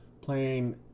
playing